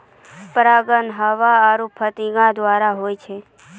परागण हवा आरु फतीगा द्वारा होय छै